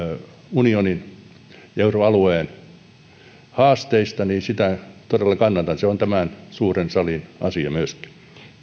unionin ja euroalueen haasteista niin sitä todella kannatan se on tämän suuren salin asia myöskin